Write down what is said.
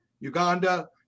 Uganda